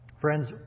Friends